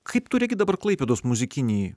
kaip tu regi dabar klaipėdos muzikinį